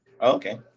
okay